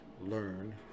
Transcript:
learn